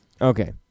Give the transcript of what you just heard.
Okay